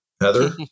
Heather